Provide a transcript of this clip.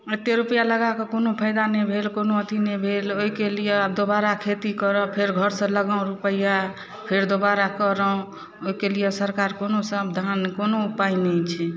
एते रुपैआ लगाकऽ कोनो फायदा नहि भेल कोनो अथी नहि भेल ओइके लिए आब दोबारा खेती करब फेर घरसँ लगाउ रुपैआ फेर दोबारा करू ओहिके लिए सरकार कोनो समाधान कोनो उपाय नहि छै